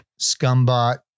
Scumbot